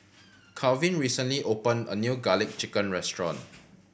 Kalvin recently opened a new Garlic Chicken restaurant